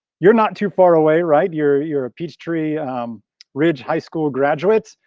you're not too far away, right you're you're a peachtree ridge high school graduates.